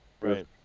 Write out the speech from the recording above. Right